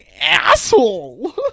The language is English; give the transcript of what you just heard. asshole